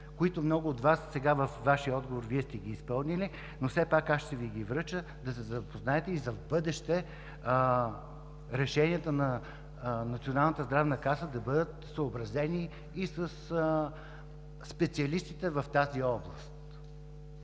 Много от тях, сега във Вашия отговор, сте изпълнили. Все пак аз ще Ви ги връча да се запознаете и за в бъдеще решенията на Националната здравна каса да бъдат съобразени и със специалистите в тази област.